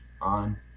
on